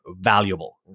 valuable